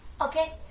Okay